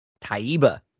Taiba